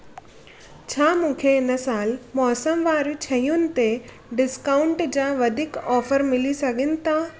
छा मूंखे हिन साल मौसमु वारियूं शयुनि ते डिस्काउंट जा वधीक ऑफर मिली सघनि था